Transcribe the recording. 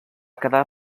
quedar